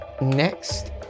Next